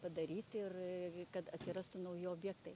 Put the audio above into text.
padaryti ir kad atsirastų nauji objektai